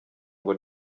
ngo